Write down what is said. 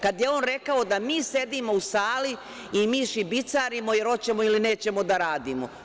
Kad je on rekao da mi sedimo u sali i mi šibicarimo jel hoćemo ili nećemo da radimo.